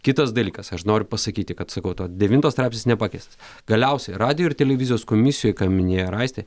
kitas dalykas aš noriu pasakyti kad sakau to devinto straipsnis nepakeistas galiausiai radijo ir televizijos komisijoj ką minėjo ir aistė